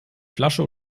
flasche